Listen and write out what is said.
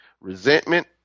resentment